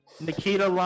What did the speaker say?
Nikita